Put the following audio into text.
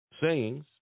sayings